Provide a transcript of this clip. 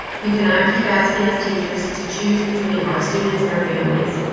you cannot keep asking us teachers to choose between our students and our families.